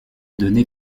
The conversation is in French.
donner